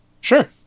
Sure